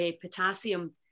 potassium